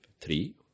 three